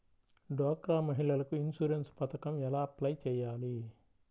డ్వాక్రా మహిళలకు ఇన్సూరెన్స్ పథకం ఎలా అప్లై చెయ్యాలి?